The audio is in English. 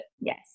Yes